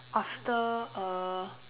after uh